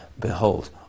behold